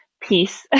Peace